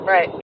Right